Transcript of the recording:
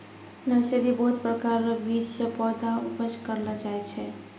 nursery बहुत प्रकार रो बीज से पौधा उपज करलो जाय छै